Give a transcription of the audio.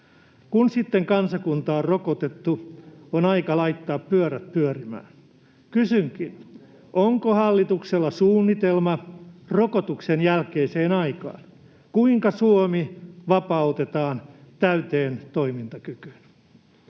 kun kansakunta on rokotettu, on aika laittaa pyörät pyörimään. Kysynkin: onko hallituksella suunnitelma rokotuksen jälkeiseen aikaan? Kuinka Suomi vapautetaan täyteen toimintakykyyn?